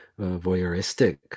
voyeuristic